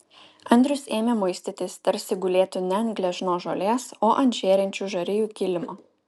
andrius ėmė muistytis tarsi gulėtų ne ant gležnos žolės o ant žėrinčių žarijų kilimo